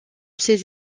ses